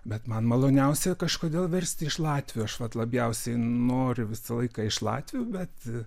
bet man maloniausia kažkodėl versti iš latvių aš vat labiausiai noriu visą laiką iš latvių bet